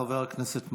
חבר הכנסת מעוז.